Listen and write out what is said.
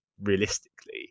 realistically